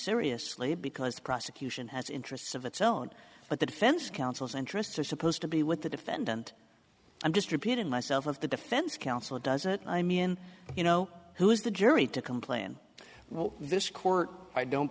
seriously because the prosecution has interests of its own but the defense counsel's interests are supposed to be with the defendant i'm just repeating myself of the defense counsel doesn't i mean you know who is the jury to complain what this court i don't